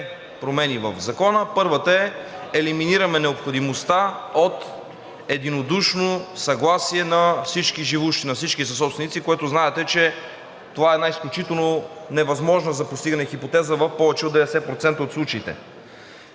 промени в Закона. Първата е, че елиминираме необходимостта от единодушно съгласие на всички живущи, на всички съсобственици, което знаете, че това е една изключително невъзможна за постигане хипотеза в повече от 90% от случаите.